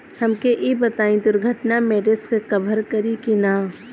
हमके ई बताईं दुर्घटना में रिस्क कभर करी कि ना?